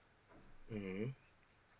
mmhmm